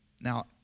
Now